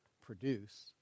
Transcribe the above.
produce